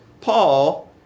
Paul